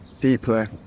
deeply